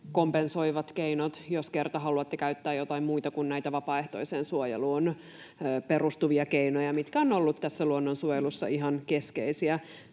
kompensoivat keinot, jos kerta haluatte käyttää jotain muita kuin näitä vapaaehtoiseen suojeluun perustuvia keinoja, mitkä ovat olleet tässä luonnonsuojelussa ihan keskeisiä.